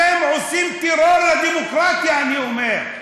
אתם עושים טרור לדמוקרטיה, אני אומר.